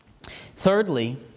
Thirdly